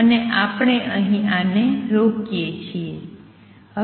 અને આપણે અહીં આને રોકીએ છીએ